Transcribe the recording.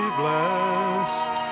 blessed